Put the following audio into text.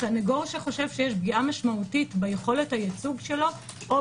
סנגור שחושב שיש פגיעה משמעותית ביכולת הייצוג שלו או